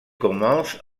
commence